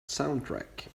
soundtrack